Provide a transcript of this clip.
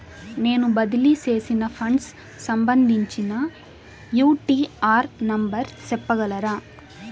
నేను బదిలీ సేసిన ఫండ్స్ సంబంధించిన యూ.టీ.ఆర్ నెంబర్ సెప్పగలరా